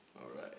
alright